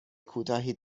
کوتاهی